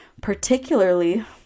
particularly